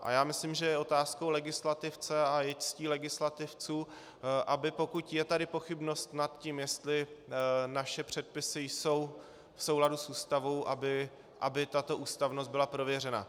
A já myslím, že je otázkou legislativce a i legislativců, aby pokud je tady pochybnost nad tím, jestli naše předpisy jsou v souladu s Ústavou, aby tato ústavnost byla prověřena.